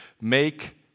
make